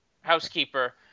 Housekeeper